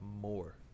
more